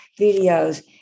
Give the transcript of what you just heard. videos